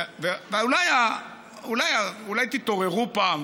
אולי תתעוררו פעם.